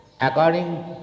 according